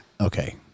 Okay